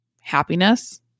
happiness